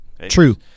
True